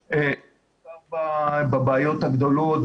בעיקר בבעיות הגדולות,